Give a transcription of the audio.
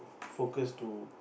focus to